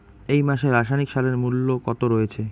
এই মাসে রাসায়নিক সারের মূল্য কত রয়েছে?